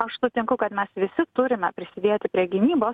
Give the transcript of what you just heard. aš sutinku kad mes visi turime prisidėti prie gynybos